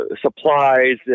supplies